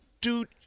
Dude